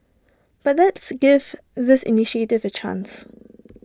but let's give this initiative A chance